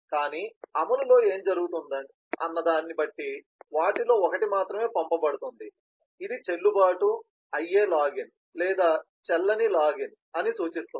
కానీ అమలులో ఏమి జరుగుతుందో అన్న దాన్ని బట్టి వాటిలో ఒకటి మాత్రమే పంపబడుతుంది ఇది చెల్లుబాటు అయ్యే లాగిన్ లేదా చెల్లని లాగిన్ ను సూచిస్తుంది